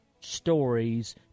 stories